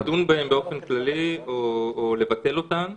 -- לדון בהן באופן כללי או לבטל אותן,